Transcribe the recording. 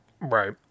Right